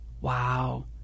Wow